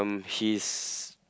um she's